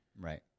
Right